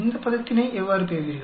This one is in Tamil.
இந்தப் பதத்தினை எவ்வாறு பெறுவீர்கள்